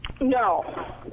No